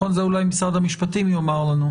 זה אולי משרד המשפטים יאמר לנו.